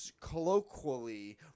colloquially